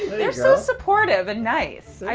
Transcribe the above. they're so supportive and nice. i